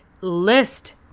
list